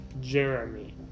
Jeremy